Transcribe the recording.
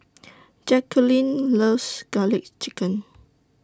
Jacquelyn loves Garlic Chicken